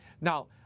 Now